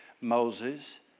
Moses